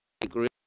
agree